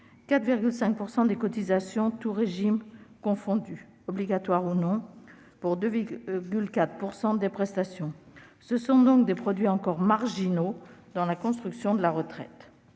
4,5 % des cotisations, tous régimes confondus, obligatoires ou non, pour 2,4 % des prestations. Ce sont donc des produits encore marginaux dans la construction de la retraite.